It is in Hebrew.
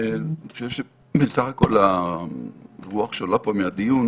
אני חושב שבסך הכול הרוח שעולה פה מהדיון